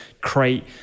create